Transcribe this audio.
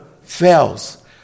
fails